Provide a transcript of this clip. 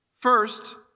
First